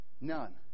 None